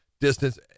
distance